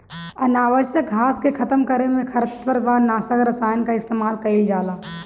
अनावश्यक घास के खतम करे में खरपतवार नाशक रसायन कअ इस्तेमाल कइल जाला